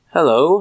Hello